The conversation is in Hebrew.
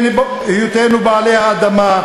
לא היית נבחר לפה, לא היית עומד פה.